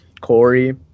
Corey